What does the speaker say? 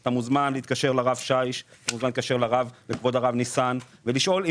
אתה מוזמן להתקשר לרב שיש ולכבוד הרב ניסן ולשאול אם